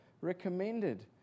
recommended